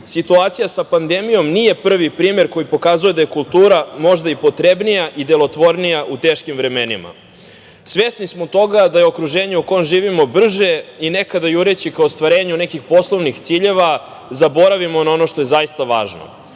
situacija sa pandemijom nije prvi primer koji pokazuje da je kultura možda potrebnija i delotvornija u teškim vremenima. Svesni smo toga da je okruženje u kom živimo brže i nekad jureći ka ostvarenju nekih poslovnih ciljeva zaboravimo na ono što je zaista važno.